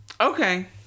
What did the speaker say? okay